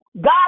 God